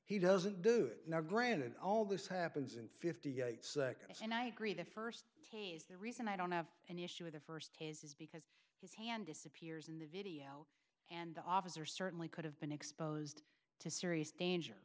he doesn't do it now granted all this happens in fifty eight seconds and i agree the first taser the reason i don't have an issue with the first case is because his hand disappears in the video and the officer certainly could have been exposed to serious danger